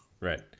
Right